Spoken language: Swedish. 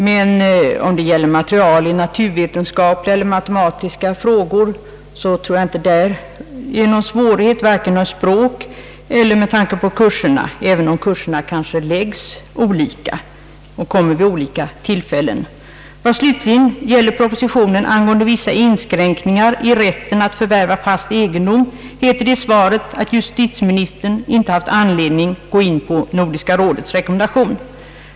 Men om det gäller material i naturvetenskapliga eller matematiska frågor tror jag inte att detta vållar någon svårighet vare sig med tanke på språket eller med tanke på kurserna, även om kursmomenten kanske är olika upplagda och kommer in vid olika tillfällen. Vad slutligen gäller propositionen angående vissa inskränkningar i rätten att förvärva fast egendom heter det i svaret att justitieministern inte haft anledning gå in på Nordiska rådets rekommendation.